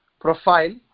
profile